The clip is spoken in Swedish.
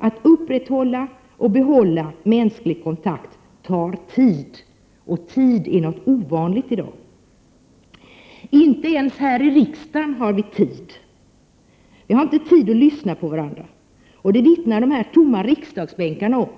Att upprätthålla och behålla mänsklig kontakt tar tid, och tid är i dag någonting det är ont om. Inte ens här i riksdagen har vi tid. Vi har inte tid att lyssna på varandra -- det vittnar de tomma riksdagsbänkarna om.